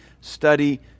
study